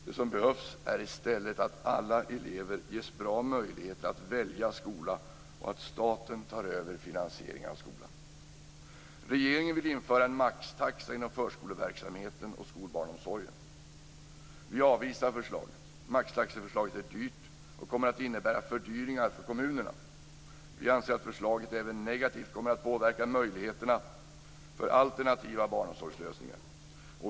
Det som behövs är i stället att alla elever ges goda möjligheter att välja skola och att staten tar över finansieringen av skolan. Regeringen vill införa en maxtaxa inom förskoleverksamheten och skolbarnsomsorgen. Vi avvisar förslaget. Maxtaxeförslaget är dyrt och kommer att innebära fördyringar för kommunerna. Vi anser också att förslaget negativt kommer att påverka möjligheterna för alternativa barnomsorgslösningar.